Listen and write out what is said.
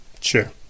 Sure